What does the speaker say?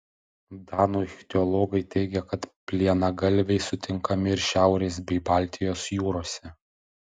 danų ichtiologai teigia kad plienagalviai sutinkami ir šiaurės bei baltijos jūrose